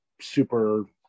super